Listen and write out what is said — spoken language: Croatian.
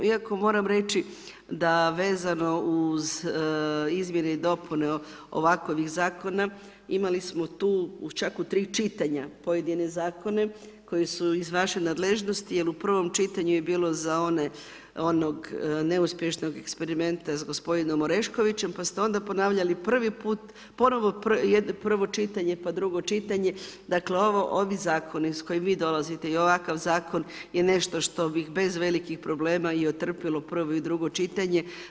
Iako moram reći da vezano uz izmjene i dopune ovakovih zakona, imali smo tu čak u tri čitanja pojedine zakone koji su iz vaše nadležnosti, jer u prvom čitanju je bilo za onog neuspješnog eksperimenta sa gospodinom Oreškovićem, pa ste onda ponavljali prvi put, ponovo prvo čitanje pa drugo čitanje, dakle ovi zakoni s kojim vi dolazite i ovakav zakon je nešto što bi bez velikih problema i otrpilo prvi o drugo čitanje.